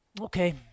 okay